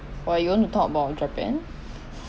of you want to talk about japan